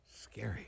scary